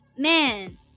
Man